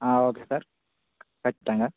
okay sir ఖచ్చితంగా